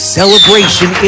celebration